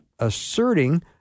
asserting